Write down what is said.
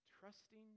Trusting